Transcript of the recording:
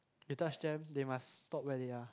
you touch them they must stop where they are